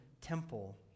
temple